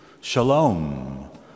Shalom